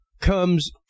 comes